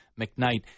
McKnight